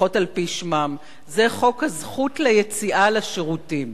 לפחות על-פי שמם: חוק הזכות ליציאה לשירותים.